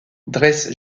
dresse